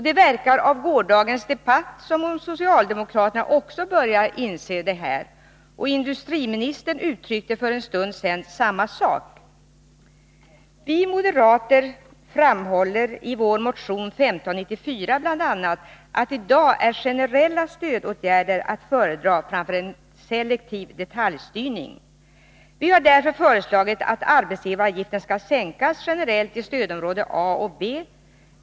Det verkar av gårdagens debatt som om socialdemokraterna också börjar inse detta. Industriministern uttryckte för en stund sedan samma sak. Vi moderater framhåller i vår motion 1594 bl.a. att i dag är generella stödåtgärder att föredra framför en selektiv detaljstyrning. Vi har därför föreslagit att arbetsgivaravgiften skall sänkas generellt i stödområde A och B.